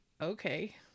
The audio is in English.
okay